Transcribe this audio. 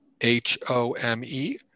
H-O-M-E